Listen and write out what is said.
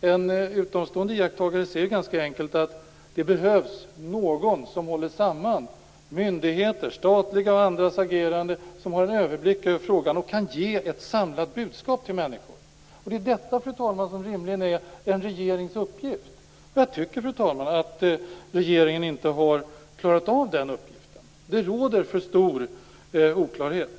En utomstående iakttagare ser ganska enkelt att det behövs någon som håller samman myndigheters och andras agerande och som har en överblick över frågan och kan ge ett samlat budskap till människor. Det är detta, fru talman, som rimligen är en regerings uppgift. Jag tycker inte att regeringen har klarat av den uppgiften. Det råder för stor oklarhet.